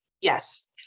Yes